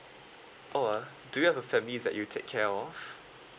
oh uh do you have a family that you take care of